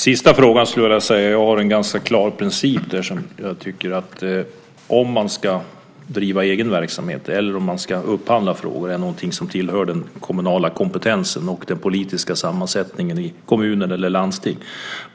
Fru talman! När det gäller den sista frågan har jag en ganska klar princip. Om man ska driva egen verksamhet eller om ska upphandla är någonting som tillhör den kommunala kompetensen och den politiska sammansättningen i kommunen eller landstinget.